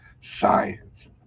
science